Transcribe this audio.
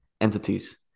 entities